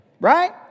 Right